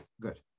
good